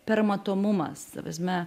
permatomumas ta prasme